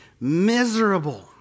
miserable